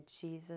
Jesus